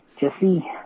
Jesse